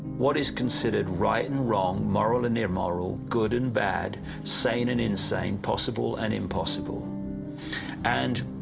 what is considered right and wrong, moral and immoral, good and bad, sane and insane, possible and impossible and